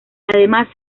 además